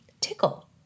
tickle